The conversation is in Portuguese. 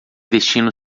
destino